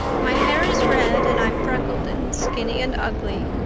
my hair is red and i'm freckled and skinny and ugly.